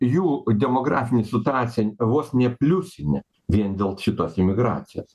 jų demografinė situacija vos ne pliusinė vien dėl šitos imigracijos